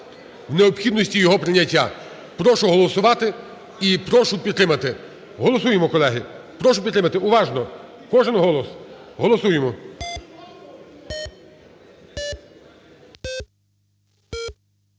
в необхідності його прийняття. Прошу голосувати і прошу підтримати. Голосуємо, колеги. Прошу підтримати. Уважно! Кожен голос. Голосуємо.